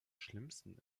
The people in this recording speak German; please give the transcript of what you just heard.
schlimmsten